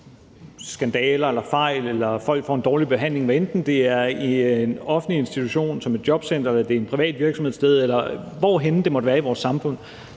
skandaler eller fejl, hvor folk får en dårlig behandling, hvad enten det er i en offentlig institution som et jobcenter eller i en privat virksomhed, eller hvorhenne det måtte være i vores samfund,